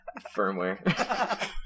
Firmware